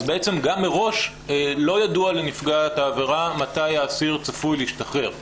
בעצם מראש לא ידוע לנפגעת העבירה מתי האסיר צפוי להשתחרר.